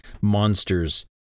monsters